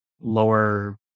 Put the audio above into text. lower